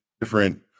different